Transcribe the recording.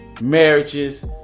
marriages